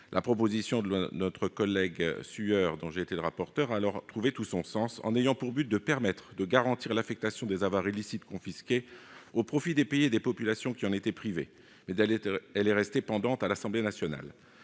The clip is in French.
La proposition de loi de notre collègue Sueur, dont j'ai été le rapporteur, a alors pris tout son sens. Elle avait pour but de garantir l'affectation des avoirs illicites confisqués aux pays et aux populations qui en avaient été privés, mais elle est restée pendante à l'Assemblée nationale.